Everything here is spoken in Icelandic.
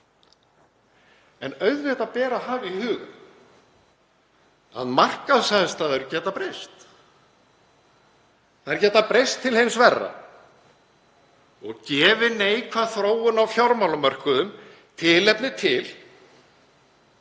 En auðvitað ber að hafa í hug að markaðsaðstæður geta breyst. Þær geta breyst til hins verra. Gefi neikvæð þróun á fjármálamörkuðum tilefni til